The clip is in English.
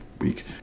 week